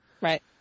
Right